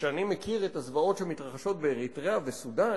וכשאני מכיר את הזוועות שמתרחשות באריתריאה וסודן,